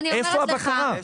איפה הבקרה?